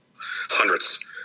Hundreds